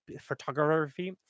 photography